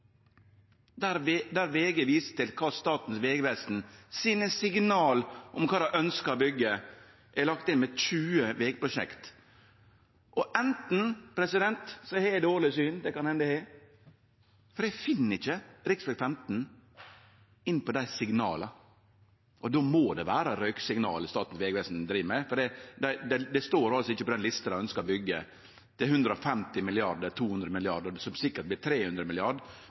der VG viser Statens vegvesen sine signal om kva dei ønskjer å byggje. Det er lagt inn 20 vegprosjekt. Anten har eg dårleg syn, det kan hende eg har, for eg finn ikkje rv. 15 i dei signala. Då må det vere røyksignal Statens vegvesen sender, for det står ikkje på den lista om kva dei ønskjer å byggje – til 150 mrd. kr, 200 mrd. kr som sikkert vert 300